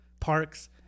parks